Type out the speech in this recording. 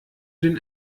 den